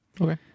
okay